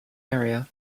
area